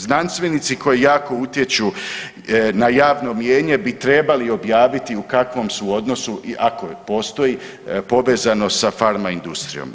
Znanstvenici koji jako utječu na javno mnijenje bi trebali objaviti u kakvom su odnosu i ako postoji povezanost sa farma industrijom.